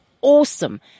awesome